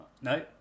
No